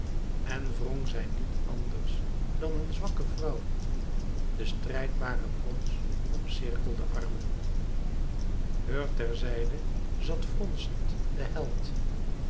en wrong zij niet anders dan een zwakke vrouw de strijdbare brons omcirkelde armen heur ter zijde zat fronsend de held